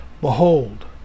Behold